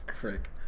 frick